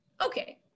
Okay